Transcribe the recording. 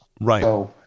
Right